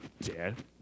Dad